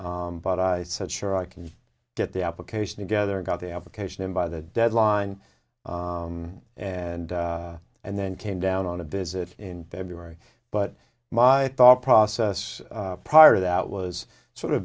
it but i said sure i can get the application together got the application in by the deadline and and then came down on a visit in february but my thought process prior to that was sort of